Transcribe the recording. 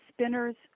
spinners